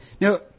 now